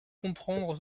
comprendre